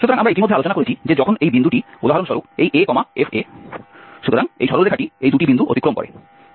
সুতরাং আমরা ইতিমধ্যে আলোচনা করেছি যে যখন এই বিন্দুটি উদাহরণস্বরূপ এই a f